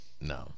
no